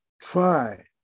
try